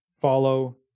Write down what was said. follow